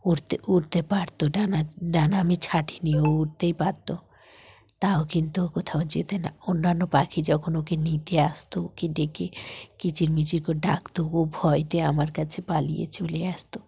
উড়তে উড়তে পারত ডানা ডানা আমি ছাটিনি ও উড়তেই পারত তাও কিন্তু ও কোথাও যেত না অন্যান্য পাখি যখন ওকে নিতে আসত ওকে ডেকে কিচিরমিচির করে ডাকত ও ভয়েতে আমার কাছে পালিয়ে চলে আসত